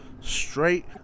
Straight